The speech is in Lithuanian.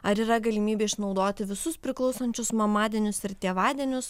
ar yra galimybė išnaudoti visus priklausančius mamadienius ir tėvadienius